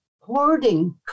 hoarding